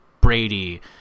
Brady